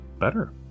better